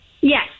yes